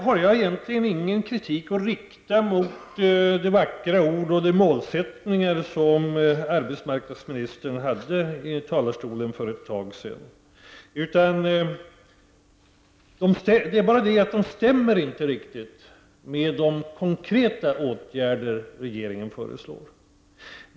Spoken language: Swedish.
Jag har egentligen ingen kritik att rikta mot de vackra ord arbetsmarknadsministern sade från talarstolen för ett tag sedan och de målsättningar hon hade. Det är bara det att de inte riktigt stämmer med de konkreta åtgärder som regeringen föreslår.